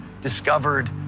discovered